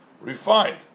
refined